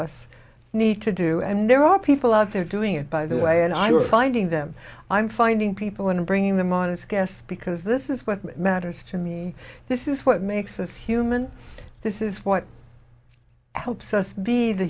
us need to do and there are people out there doing it by the way and i are finding them i'm finding people and bringing them on it's gas because this is what matters to me this is what makes us human this is what helps us be the